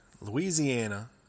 Louisiana